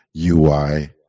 ui